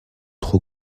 trop